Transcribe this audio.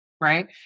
right